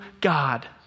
God